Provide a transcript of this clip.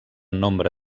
nombre